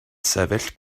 sefyll